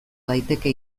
daiteke